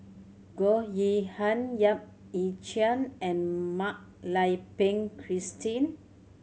Goh Yihan Yap Ee Chian and Mak Lai Peng Christine